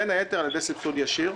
בין היתר על ידי סבסוד ישיר,